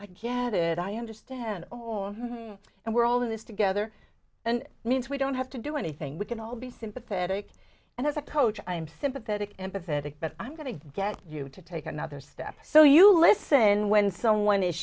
i get it i understand oh and we're all in this together and means we don't have to do anything we can all be sympathetic and as a coach i'm sympathetic empathetic but i'm going to get you to take another step so you listen when someone is